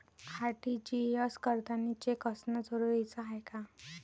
RTGS करतांनी cheque असनं जरुरीच हाय का?